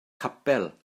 capel